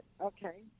Okay